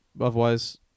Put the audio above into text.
Otherwise